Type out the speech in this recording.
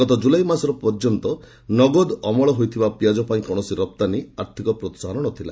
ଗତ ଜୁଲାଇ ମାସ ପର୍ଯ୍ୟନ୍ତ ନଗଦ ଅମଳ ହୋଇଥିବା ପିଆଜ ପାଇଁ କୌଣସି ରପ୍ତାନୀ ଆର୍ଥିକ ପ୍ରୋହାହନ ନଥିଲା